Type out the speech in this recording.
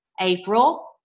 April